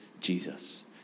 Jesus